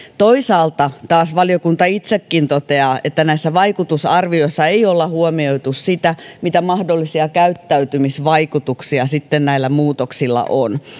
toisaalta taas valiokunta itsekin toteaa että näissä vaikutusarvioissa ei olla huomioitu sitä mitä mahdollisia käyttäytymisvaikutuksia sitten näillä muutoksilla on